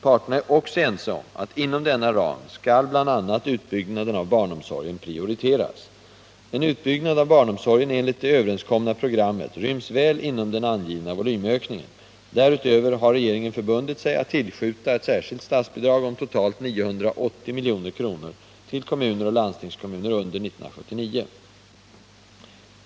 Parterna är också ense om att inom denna ram skall bl.a. utbyggnaden av barnomsorgen prioriteras. En utbyggnad av barnomsorgen enligt det överenskomna programmet ryms väl inom den angivna volymökningen. Därutöver har regeringen förbundit sig att tillskjuta ett särskilt statsbidrag om totalt ca 980 milj.kr. till kommuner och landstingskommuner under år 1979.